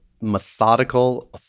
methodical